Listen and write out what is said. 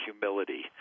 humility